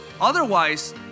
Otherwise